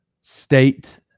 State